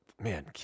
man